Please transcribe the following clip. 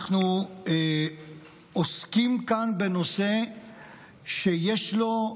אנחנו עוסקים כאן בנושא שיש לו,